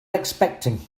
expecting